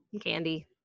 candy